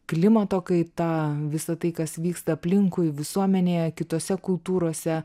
klimato kaita visa tai kas vyksta aplinkui visuomenėje kitose kultūrose